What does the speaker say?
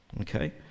okay